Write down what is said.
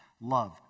Love